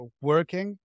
working